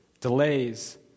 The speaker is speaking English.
delays